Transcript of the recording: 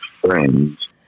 friends